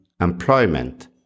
employment